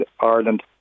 Ireland